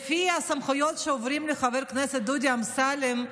לפי הסמכויות שעוברות לחבר הכנסת דודי אמסלם,